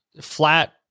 flat